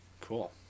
Cool